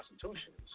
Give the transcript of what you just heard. constitutions